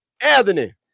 Anthony